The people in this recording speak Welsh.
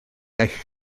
eich